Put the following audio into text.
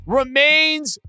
remains